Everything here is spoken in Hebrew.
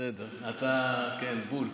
בסדר, אתה, כן, בול.